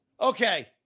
Okay